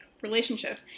relationship